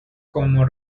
como